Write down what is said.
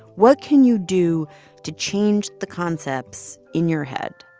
what can you do to change the concepts in your head?